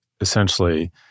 essentially